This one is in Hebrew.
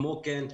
כמו כן,